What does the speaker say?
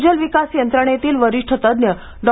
भूजल विकास यंत्रणेतील वरिष्ठ तज्ञ डॉ